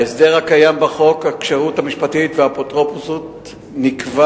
ההסדר הקיים בחוק הכשרות המשפטית והאפוטרופסות נקבע